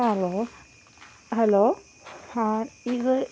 hello hello ആ ഇത്